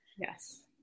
Yes